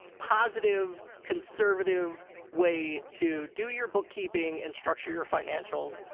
positive, conservative way to do your bookkeeping and structure your financials.